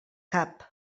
cap